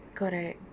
correct